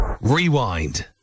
Rewind